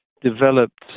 developed